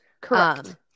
Correct